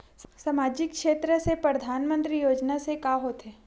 सामजिक क्षेत्र से परधानमंतरी योजना से का होथे?